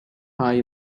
high